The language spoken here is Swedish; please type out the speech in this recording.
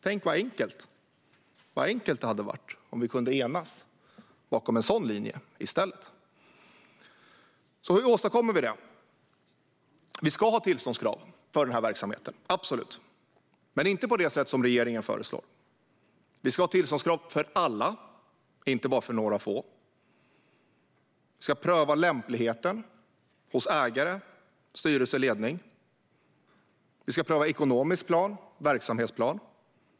Tänk vad enkelt det hade varit om vi i stället kunnat enas bakom en sådan linje! Hur åstadkommer vi det? Vi ska ha tillståndskrav för verksamheten, absolut, men inte på det sätt som regeringen föreslår. Vi ska ha tillståndskrav för alla och inte bara för några få. Vi ska pröva lämpligheten hos ägare, styrelse och ledning. Vi ska pröva ekonomisk plan och verksamhetsplan.